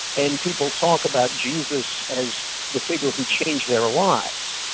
and people talk about jesus as the figure who changed their lives.